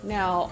Now